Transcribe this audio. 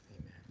Amen